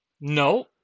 No